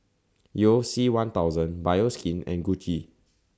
YOU C one thousand Bioskin and Gucci